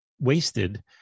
wasted